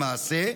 למעשה,